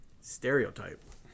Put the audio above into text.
stereotype